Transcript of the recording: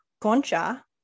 concha